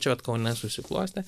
čia vat kaune susiklostė